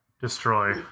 destroy